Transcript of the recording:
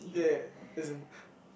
yeah yeah as in